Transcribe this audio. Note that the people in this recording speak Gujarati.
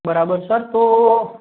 બરાબર સર તો